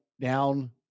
down